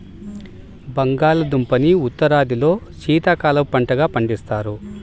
బంగాళాదుంపని ఉత్తరాదిలో శీతాకాలపు పంటగా పండిస్తారు